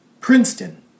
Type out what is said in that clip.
Princeton